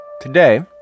Today